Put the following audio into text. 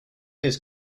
his